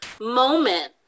moment